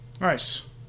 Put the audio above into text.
Nice